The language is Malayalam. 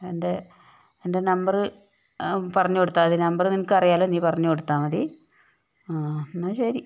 എൻ്റെ എൻ്റെ നമ്പറ് പറഞ്ഞ് കൊടുത്താൽ മതി നമ്പറ് നിനക്കറിയാല്ലോ നീ പറഞ്ഞ് കൊടുത്താൽ മതി ആ ആ എന്നാൽ ശരി